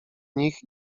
nich